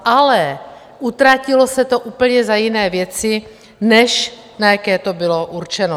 Ale utratilo se to za úplně jiné věci, než na jaké to bylo určeno.